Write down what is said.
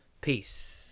Peace